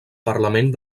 parlament